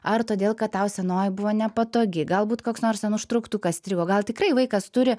ar todėl kad tau senoji buvo nepatogi galbūt koks nors ten užtruktukas strigo gal tikrai vaikas turi